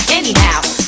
anyhow